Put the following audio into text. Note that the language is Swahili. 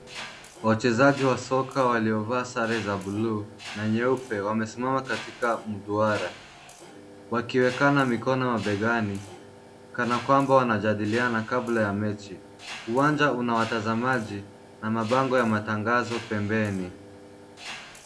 Wachezaji wa soka waliovaa sare za [blue] na nyeupe wamesimama katika mduara, wakiwekana mikono mabegani kana kwamba wanajadiliana kabla ya mechi, uwanja una watazamaji na mabango ya matangazo pembeni.